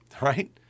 Right